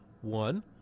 One